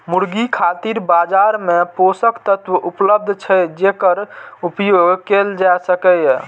मुर्गी खातिर बाजार मे पोषक तत्व उपलब्ध छै, जेकर उपयोग कैल जा सकैए